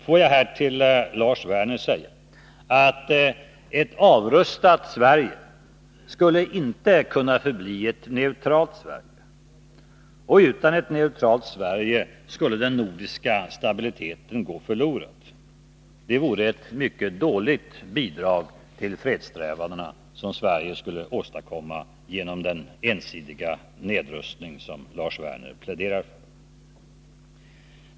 Får jag här till Lars Werner säga att ett avrustat Sverige inte skulle kunna förbli ett neutralt Sverige, och utan ett neutralt Sverige skulle den nordiska stabiliteten gå förlorad. Det vore ett mycket dåligt bidrag till fredssträvandena som Sverige skulle åstadkomma genom den ensidiga nedrustning som Lars Werner pläderar för.